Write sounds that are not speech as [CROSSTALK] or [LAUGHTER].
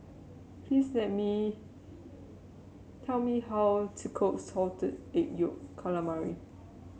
please [UNINTELLIGIBLE] me tell me how to cook Salted Egg Yolk Calamari